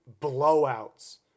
blowouts